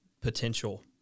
potential